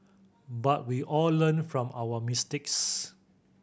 but we all learn from our mistakes